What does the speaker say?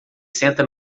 senta